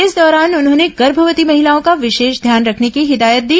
इस दौरान उन्होंने गर्भवती महिलाओं का विशेष ध्यान रखने की हिदायत दी